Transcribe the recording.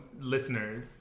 listeners